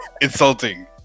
insulting